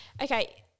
okay